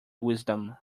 wisdom